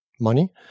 money